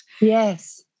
yes